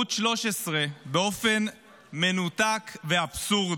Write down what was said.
ערוץ 13, באופן מנותק, הזוי ואבסורדי,